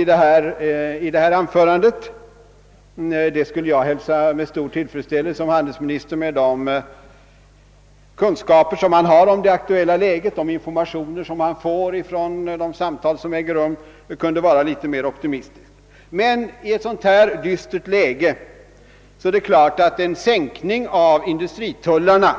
I ett så dystert läge — om handelsministern med de kunskaper han har om det aktuella läget och med de informationer han får från de samtal som äger rum kan vara litet mer optimistisk skulle jag hälsa det med stor tillfredsställelse — är det klart att en sänkning av industritullarna